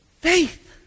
faith